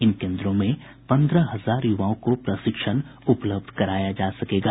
इन केन्द्रों में पंद्रह हजार युवाओं को प्रशिक्षण उपलब्ध कराया जा सकेगा